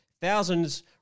Thousands